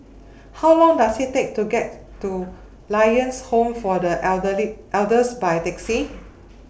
How Long Does IT Take to get to Lions Home For The Elderly Elders By Taxi